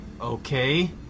Okay